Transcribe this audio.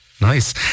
Nice